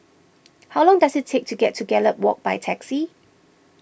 how long does it take to get to Gallop Walk by taxi